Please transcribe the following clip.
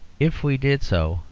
if we did so,